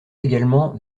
également